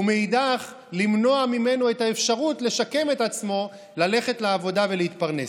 ומאידך למנוע ממנו את האפשרות לשקם את עצמו ללכת לעבודה ולהתפרנס.